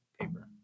paper